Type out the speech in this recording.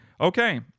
Okay